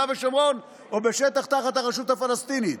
ושומרון או בשטח תחת הרשות הפלסטינית.